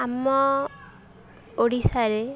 ଆମ ଓଡ଼ିଶାରେ